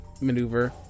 maneuver